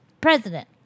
president